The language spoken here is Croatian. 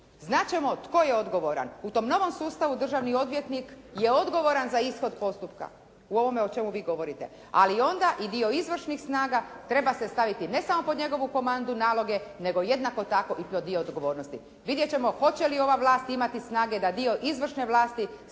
ćemo tko je odgovoran. U tom novom sustavu državni odvjetnik je odgovoran za ishod postupka u ovome o čemu vi govorite, ali onda i dio izvršnih snaga treba se staviti ne samo pod njegovu komandu naloge nego jednako tako i dio odgovornosti. Vidjeti ćemo hoće li ova vlast imati snage da dio izvršne vlasti